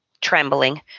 trembling